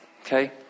Okay